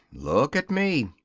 look at me!